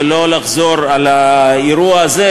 ולא לחזור על האירוע הזה,